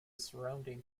surrounding